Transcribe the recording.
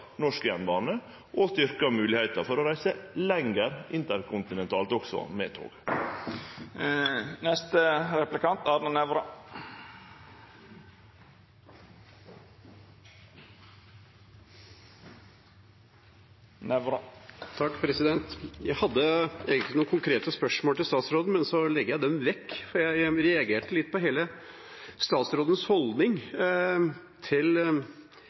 norsk jernbane og moglegheita for å reise lenger med tog interkontinentalt. Jeg hadde egentlig noen konkrete spørsmål til statsråden, men jeg legger dem vekk fordi jeg reagerte på statsrådens holdning til